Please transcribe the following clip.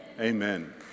Amen